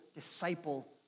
disciple